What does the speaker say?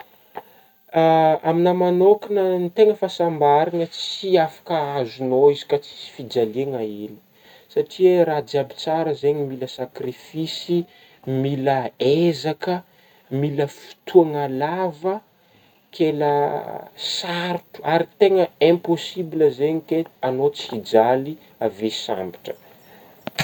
Aminah manôkagna ny tegna fahasambaragna tsy afaka azognao izy ka tsisy fijaliagna hely satria raha jiaby tsara zegny mila sakrifisy mila ezaka mila fotoagna lava ke la sarotro ary tegna impossible zegny ke agnao, tsy hijaly avy eo sambatra.